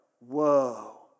whoa